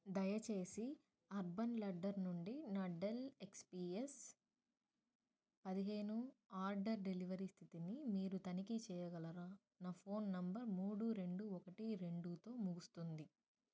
దయచేసి Urban Ladder నుండి నా డెల్ ఎక్స్ పీ ఎస్ పదిహేను ఆర్డర్ డెలివరీ స్థితిని మీరు తనిఖీ చేయగలరా నా ఫోన్ నెంబర్ మూడు రెండు ఒకటి రెండుతో ముగుస్తుంది